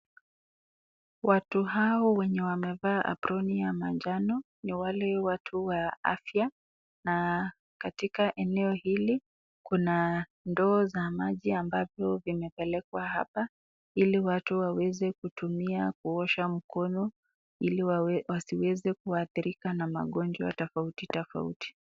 Watu hao wenye wamevaa aproni ya manjano ni wale watu wa afya na katika eneo hili kuna ndoo za maji ambavyo vimepelekwa hapa ili watu waweze kutumia kuosha mikono ili wasiweze kuadhirika na magonjwa tofauti tofauti.